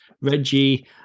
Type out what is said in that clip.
Reggie